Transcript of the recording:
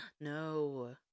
no